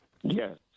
Yes